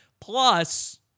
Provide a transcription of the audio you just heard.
Plus